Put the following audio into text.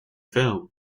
film